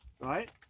right